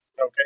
Okay